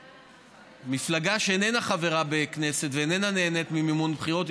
לשל מפלגה שאיננה חברה בכנסת ושאיננה נהנית ממימון בחירות,